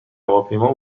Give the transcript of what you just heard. هواپیما